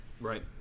Right